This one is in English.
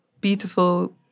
beautiful